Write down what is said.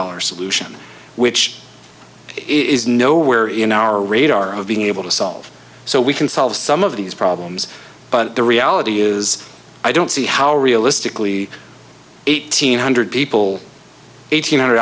dollars aleutian which is nowhere in our radar of being able to solve so we can solve some of these problems but the reality is i don't see how realistically eighteen hundred people eight hundred